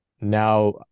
now